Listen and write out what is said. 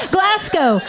Glasgow